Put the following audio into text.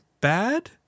bad